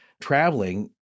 traveling